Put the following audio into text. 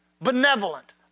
benevolent